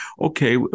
Okay